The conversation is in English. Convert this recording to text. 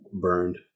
Burned